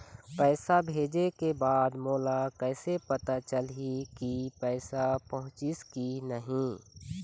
पैसा भेजे के बाद मोला कैसे पता चलही की पैसा पहुंचिस कि नहीं?